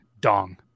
dong